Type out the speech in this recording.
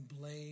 blame